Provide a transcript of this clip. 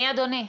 מי אדוני?